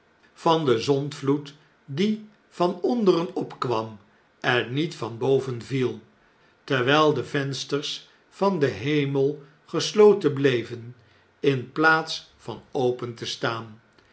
van den zondvloed die vanonderen opkwam en niet van boven viel terwn'l de vensters van den hemel gesloten bleven in plaats van open te staan